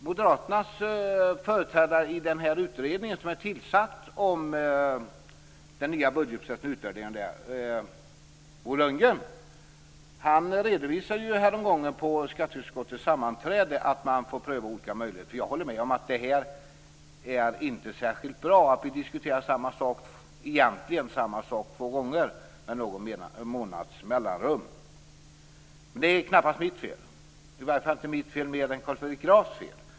Moderaternas företrädare i den utredning som är tillsatt om utvärderingen av den nya budgetprocessen, Bo Lundgren, redovisade häromgången vid skatteutskottets sammanträde att man får pröva olika möjligheter. Jag håller med om att det inte är särskilt bra att vi diskuterar egentligen samma sak två gånger med någon månads mellanrum. Det är knappast mitt fel, i varje fall inte mitt fel mer än Carl Fredrik Grafs fel.